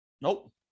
Nope